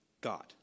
God